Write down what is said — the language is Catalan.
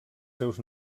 seus